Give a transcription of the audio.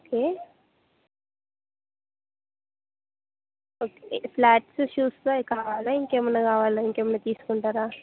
okay flats షూస్లో కావాలా ఇంకేమన్నా కావాలా ఇంకేమన్నా తీసుకుంటారా